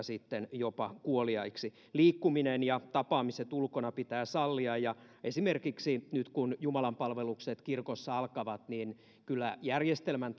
sitten jopa kuoliaiksi liikkuminen ja tapaamiset ulkona pitää sallia ja esimerkiksi nyt kun jumalanpalvelukset kirkoissa alkavat niin kyllä järjestelmän